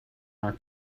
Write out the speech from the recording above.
our